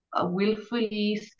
willfully